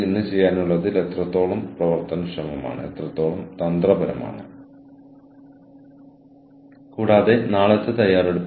അതിനാൽ ഉൽപ്പന്നങ്ങളും സേവനങ്ങളും വിതരണം ചെയ്യുമ്പോൾ ജീവനക്കാർക്ക് വീണ്ടും ഒരുതരം സമ്മർദ്ദം അനുഭവപ്പെടുന്നു